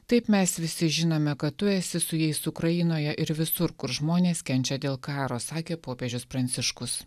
taip mes visi žinome kad tu esi su jais ukrainoje ir visur kur žmonės kenčia dėl karo sakė popiežius pranciškus